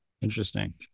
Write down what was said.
Interesting